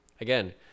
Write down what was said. Again